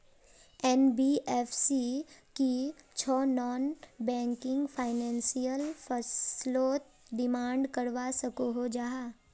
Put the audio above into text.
NBFC की छौ non banking financial फसलोत डिमांड करवा सकोहो जाहा?